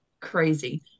crazy